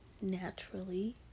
naturally